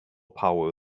power